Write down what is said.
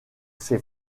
ses